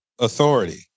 authority